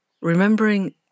remembering